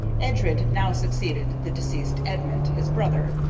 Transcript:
edred now succeeded the deceased edmund, his brother,